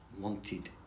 wanted